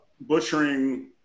butchering